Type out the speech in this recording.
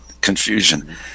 confusion